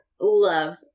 love